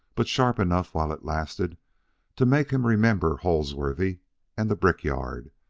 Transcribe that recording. but sharp enough while it lasted to make him remember holdsworthy and the brick-yard,